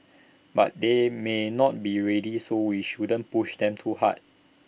but they may not be ready so we shouldn't push them too hard